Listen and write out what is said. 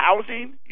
housing